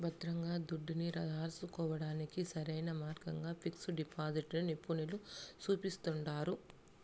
భద్రంగా దుడ్డుని రాసుకోడానికి సరైన మార్గంగా పిక్సు డిపాజిటిని నిపునులు సూపిస్తండారు